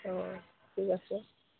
অঁ ঠিক আছে